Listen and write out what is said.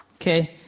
Okay